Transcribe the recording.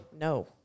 No